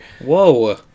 Whoa